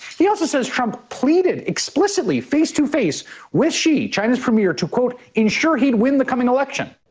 he also says trump pleaded explicitly face-to-face with xi, china's premier, to, quote, ensure he would win the coming election.